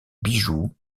bijoux